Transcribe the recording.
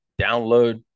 download